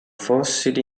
fossili